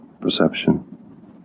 perception